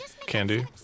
candy